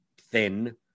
thin